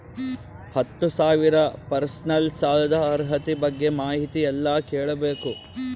ಹತ್ತು ಸಾವಿರ ಪರ್ಸನಲ್ ಸಾಲದ ಅರ್ಹತಿ ಬಗ್ಗೆ ಮಾಹಿತಿ ಎಲ್ಲ ಕೇಳಬೇಕು?